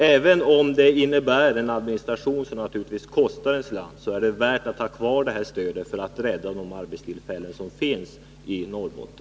Även om det innebär en administration som kostar en slant, är det värt att ha kvar stödet för att rädda de arbetstillfällen som finns i Norrbotten.